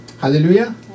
Hallelujah